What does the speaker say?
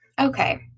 Okay